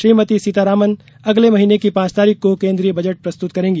श्रीमती सीतारमन अगले महीने की पांच तारीख को केन्द्रीय बजट प्रस्तुत करेंगी